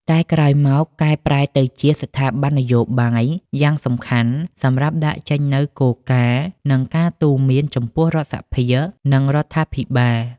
តែក្រោយមកបានកែប្រែទៅជាស្ថាប័ននយោបាយយ៉ាងសំខាន់សម្រាប់ដាក់ចេញនូវគោលការណ៍ និងការទូន្មានចំពោះរដ្ឋសភា និងរដ្ឋាភិបាល។